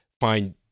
find